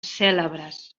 cèlebres